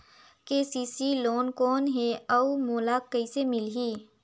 KCC loan कौन हे अउ मोला कइसे मिलही?